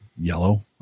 yellow